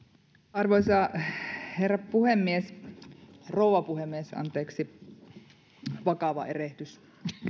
arvoisa herra puhemies rouva puhemies anteeksi vakava erehdys